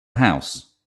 house